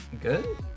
good